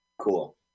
Cool